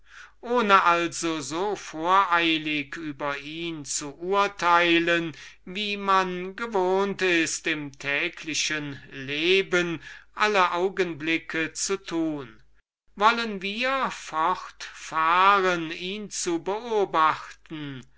ohne also eben so voreilig über ihn zu urteilen wie man gewohnt ist es im täglichen leben alle augenblicke zu tun wollen wir fortfahren ihn zu beobachten